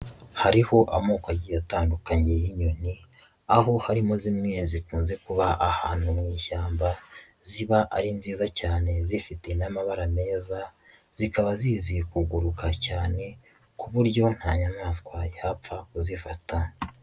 Hariho amoko agiye atandukanye y'inyoni, aho harimo zimwe zikunze kuba ahantu mu ishyamba ziba ari nziza cyane zifite n'amabara meza zikaba zizi kuguruka cyane ku buryo nta nyamaswa yapfa kuzifata.